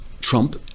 Trump